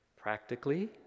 Practically